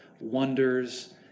wonders